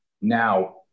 now